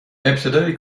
ابتدای